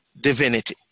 divinity